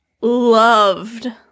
loved